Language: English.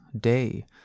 day